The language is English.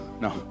no